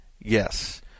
Yes